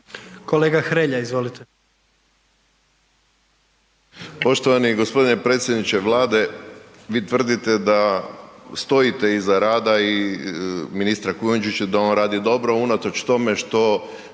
Kolega Hrelja, izvolite.